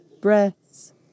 breaths